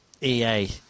EA